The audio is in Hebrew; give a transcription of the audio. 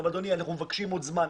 מבקשים עוד זמן,